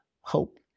hope